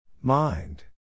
Mind